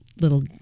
little